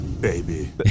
baby